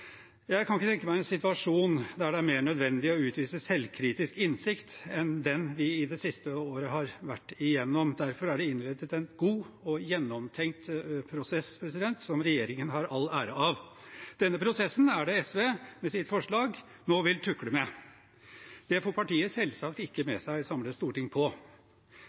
Jeg kan ikke tenke meg en situasjon der det er mer nødvendig å utvise selvkritisk innsikt enn den vi i det siste året har vært igjennom. Derfor er det innrettet en god og gjennomtenkt prosess, som regjeringen har all ære av. Den prosessen er det SV med sitt forslag nå vil tukle med. Det får partiet selvsagt ikke med seg et samlet storting på.